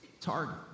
target